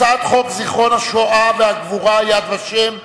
הצעת חוק זיכרון השואה והגבורה, יד ושם (תיקון,